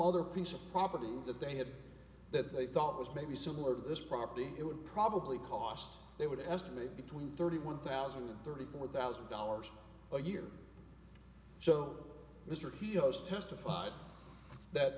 other piece of property that they had that they thought was maybe similar to this property it would probably cost they would estimate between thirty one thousand and thirty four thousand dollars a year so mr keogh's testified that